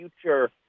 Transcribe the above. future